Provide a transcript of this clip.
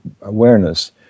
awareness